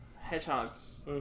hedgehogs